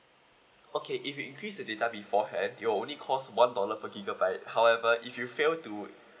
okay if you increase the data beforehand it'll only cost one dollar per gigabyte however if you fail to